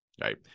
right